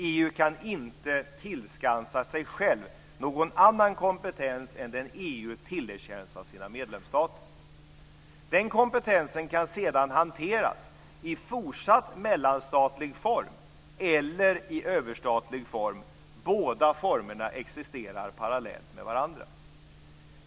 EU kan inte tillskansa sig själv någon annan kompetens än den som EU tillerkänns av sina medlemsstater. Den kompetensen kan sedan hanteras i fortsatt mellanstatlig form eller i överstatlig form. Båda formerna existerar parallellt med varandra.